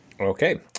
Okay